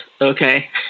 okay